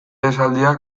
esaldiak